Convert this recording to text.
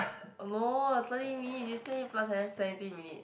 no thirty minutes you still need to plus another seventeen minute